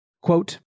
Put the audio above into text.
Quote